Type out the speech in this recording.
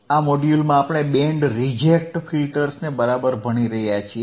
આ મોડ્યુલમાં આપણે બેન્ડ રિજેક્ટ ફિલ્ટર્સને બરાબર ભણી રહ્યા છીએ